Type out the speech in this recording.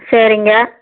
சரிங்க